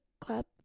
club